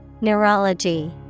Neurology